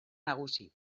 nagusi